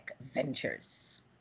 ventures